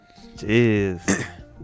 Jeez